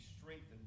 strengthened